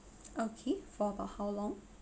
okay for about how long